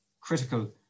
critical